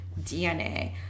DNA